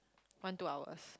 one two hours